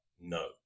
no